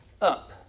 up